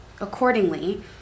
Accordingly